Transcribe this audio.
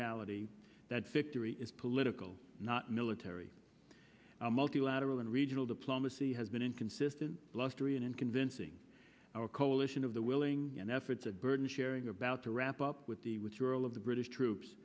reality that victory is political not military are multilateral and regional diplomacy has been inconsistent blustery and convincing our coalition of the willing and efforts of burden sharing about to wrap up with the with your all of the british troops